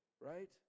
Right